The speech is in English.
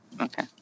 Okay